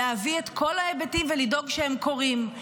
להביא את כל ההיבטים ולדאוג שהם קורים.